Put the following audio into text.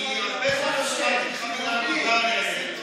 כי הרבה זמן לא שמעתי ממך מילה טובה,